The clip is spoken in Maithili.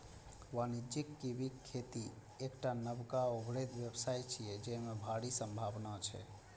वाणिज्यिक कीवीक खेती एकटा नबका उभरैत व्यवसाय छियै, जेमे भारी संभावना छै